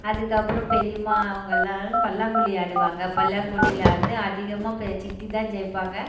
அதுக்கப்புறம் பெரியம்மா அவங்கள்லாம் பல்லாங்குழி ஆடுவாங்க பல்லாங்குழில வந்து அதிகமாக இப்போ சித்தி தான் ஜெய்ப்பாங்க